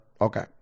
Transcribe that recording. Okay